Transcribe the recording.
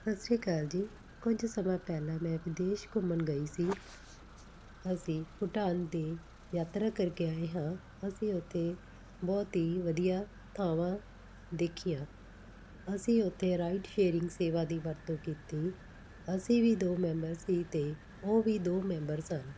ਸਤਿ ਸ਼੍ਰੀ ਅਕਾਲ ਜੀ ਕੁਝ ਸਮਾਂ ਪਹਿਲਾਂ ਮੈਂ ਵਿਦੇਸ਼ ਘੁੰਮਣ ਗਈ ਸੀ ਅਸੀਂ ਭੂਟਾਨ ਦੀ ਯਾਤਰਾ ਕਰਕੇ ਆਏ ਹਾਂ ਅਸੀਂ ਉੱਥੇ ਬਹੁਤ ਹੀ ਵਧੀਆ ਥਾਵਾਂ ਦੇਖੀਆਂ ਅਸੀਂ ਉੱਥੇ ਰਾਈਡ ਸ਼ੇਅਰਿੰਗ ਸੇਵਾ ਦੀ ਵਰਤੋਂ ਕੀਤੀ ਅਸੀਂ ਵੀ ਦੋ ਮੈਂਬਰ ਸੀ ਅਤੇ ਉਹ ਵੀ ਦੋ ਮੈਂਬਰ ਸਨ